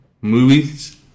movies